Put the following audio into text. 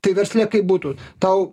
tai versle kaip būtų tau